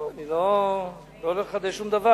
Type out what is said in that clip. לא, אני לא הולך לחדש שום דבר.